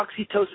Oxytocin